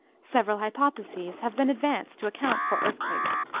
several hypotheses have been advanced to account for earthquakes.